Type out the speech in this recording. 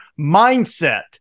mindset